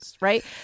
Right